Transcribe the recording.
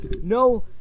no